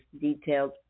detailed